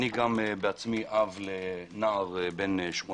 גם אני בעצמי אב לנער בן 18